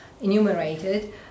enumerated